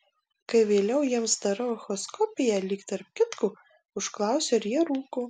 kai vėliau jiems darau echoskopiją lyg tarp kitko užklausiu ar jie rūko